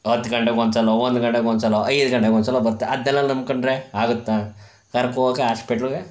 ಹತ್ತು ಗಂಟೆಗೆ ಒಂದ್ಸಲ್ವೋ ಒಂದು ಗಂಟೆಗೆ ಒಂದ್ಸಲ್ವೋ ಐದು ಗಂಟೆಗೆ ಒಂದ್ಸಲ್ವೋ ಬರುತ್ತೆ ಅದನ್ನೆಲ್ಲ ನಂಬ್ಕೊಂಡ್ರೆ ಆಗುತ್ತಾ ಕರ್ಕ ಹೋಗಕ್ಕೆ ಹಾಸ್ಪೆಟ್ಲಿಗೆ